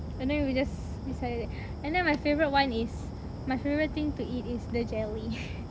and then we just decided that and then my favourite [one] is my favourite thing to eat is the jelly !huh!